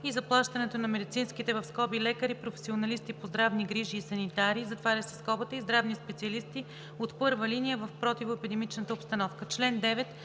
и заплащането на медицинските (лекари, професионалисти по здравни грижи и санитари) и здравни специалисти от първа линия в противоепидемичната обстановка.